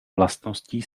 vlastností